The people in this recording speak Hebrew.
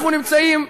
אנחנו נמצאים,